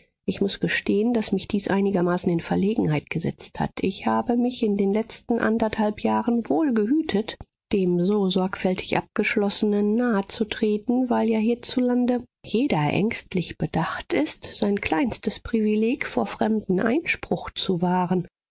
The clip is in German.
ich muß gestehen daß mich dies einigermaßen in verlegenheit gesetzt hat ich habe mich in den letzten anderthalb jahren wohl gehütet dem so sorgfältig abgeschlossenen nahezutreten weil ja hierzulande jeder ängstlich bedacht ist sein kleinstes privileg vor fremdem einspruch zu wahren